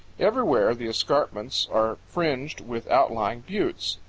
everywhere the escarpments are fringed with outlying buttes.